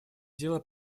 дело